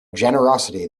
generosity